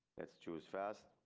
let's choose fast.